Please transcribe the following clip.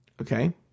Okay